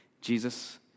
Jesus